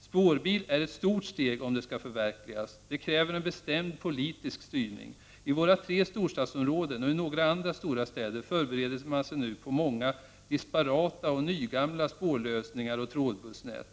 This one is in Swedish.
Spårbil är ett stort steg om det skall förverkligas. Det kräver en bestämd politisk styrning. I våra tre storstadsområden och i några andra stora städer förbereder man sig nu på många disparata och nygamla spårlösningar och trådbussnät.